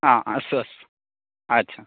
आ अस्तु अस्तु अगच्छ